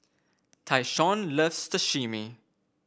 Tyshawn loves